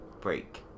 Break